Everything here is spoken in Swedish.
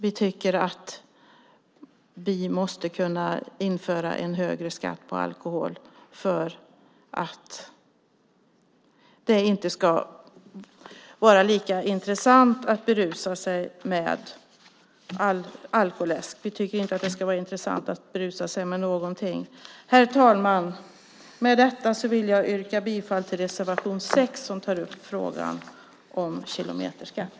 Vi tycker att vi måste kunna införa en högre skatt på alkoläsk för att det inte ska vara lika intressant att berusa sig med alkoläsk. Vi tycker inte att det ska vara intressant att berusa sig med någonting. Herr talman! Med detta vill jag yrka bifall till reservation 6, som tar upp frågan om kilometerskatt.